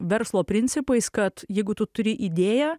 verslo principais kad jeigu tu turi idėją